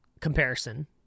comparison